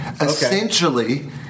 Essentially